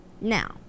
now